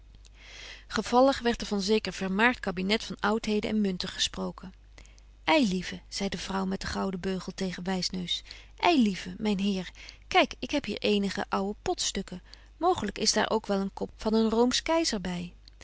gevallig werdt er van zeker vermaart kabinet van oudheden en munten gesproken ei lieve zei de vrouw met den gouwen beugel tegen wysneus ei lieve myn heer kyk ik heb hier eenige ouwe potstukken mooglyk is daar ook wel een kop van een rooms keizer by